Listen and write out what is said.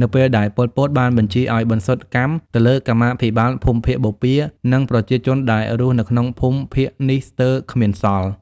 នៅពេលដែល ប៉ុល ពត បានបញ្ជាឱ្យបន្សុទ្ធកម្មទៅលើកម្មាភិបាលភូមិភាគបូព៌ា និងប្រជាជនដែលរស់នៅក្នុងភូមិភាគនេះស្ទើរគ្មានសល់។